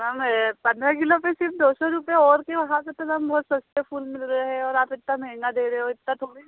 ma'am पन्द्रह kilo पर सिर्फ दो सौ रुपये और के वहाँ से तो मैम बहुत सस्ते फूल मिल रहे है और आप इतना महंगा दे रहे हो इतना थोड़ी न